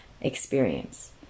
experience